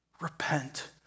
Repent